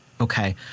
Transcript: Okay